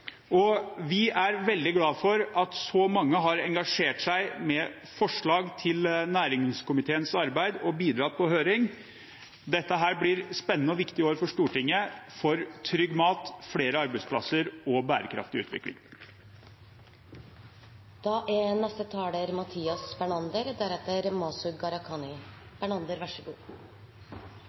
og vi er veldig glad for at så mange har engasjert seg med forslag til næringskomiteens arbeid og bidratt på høring. Dette blir spennende og viktige år for Stortinget – for trygg mat, flere arbeidsplasser og bærekraftig utvikling.